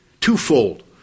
Twofold